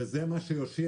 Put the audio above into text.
וזה מה שיושיע.